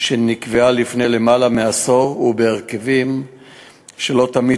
שנקבעה לפני למעלה מעשור ובהרכבים שלא תמיד